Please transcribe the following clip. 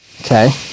Okay